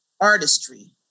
artistry